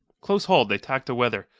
close-hauled they tacked aweather,